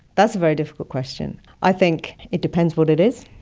that's a very difficult question. i think it depends what it is.